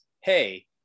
hey